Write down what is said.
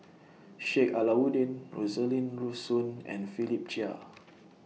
Sheik Alau'ddin Rosaline Soon and Philip Chia